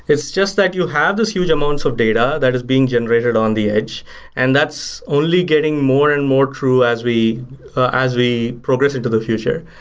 it's just that you have these huge amounts of data that is being generated on the edge and that's only getting more and more true as we as we progress into the future.